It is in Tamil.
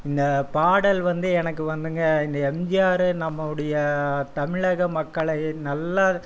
இந்த பாடல் வந்து எனக்கு வந்துங்க இந்த எம்ஜிஆரு நம்முடைய தமிழக மக்களை நல்லா